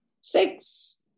Six